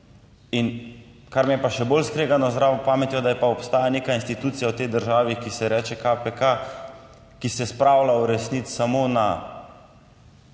in kar mi je pa še bolj skregano z zdravo pametjo, da je pa obstaja neka institucija v tej državi, ki se ji reče KPK, ki se spravlja v resnici samo na